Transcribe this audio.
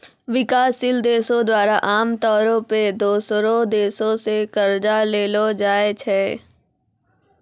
विकासशील देशो द्वारा आमतौरो पे दोसरो देशो से कर्जा लेलो जाय छै